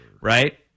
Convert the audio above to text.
Right